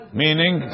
meaning